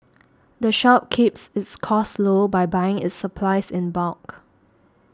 the shop keeps its costs low by buying its supplies in bulk